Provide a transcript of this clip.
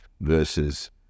versus